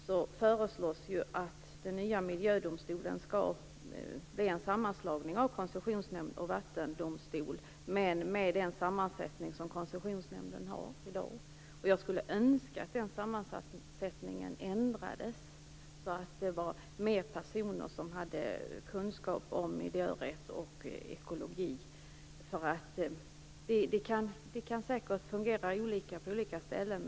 Där föreslås att den nya miljödomstolen skall bli en sammanslagning av koncessionsnämnd och vattendomstol men med den sammansättning som Koncessionsnämnden har i dag. Jag skulle önska att den sammansättningen ändrades, så att där fanns fler personer med kunskap om miljörätt och ekologi. Det kan säkert fungera olika på olika ställen.